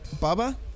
Baba